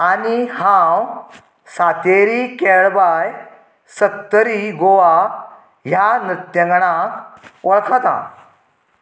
आनी हांव सातेरी केळबाय सत्तरी गोवा ह्या नृत्यांगणांक वळखता